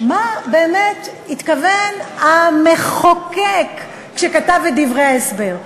מה באמת התכוון המחוקק כשכתב את דברי ההסבר,